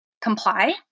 comply